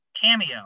cameo